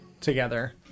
together